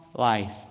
Life